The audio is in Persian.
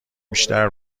بیشتر